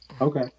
Okay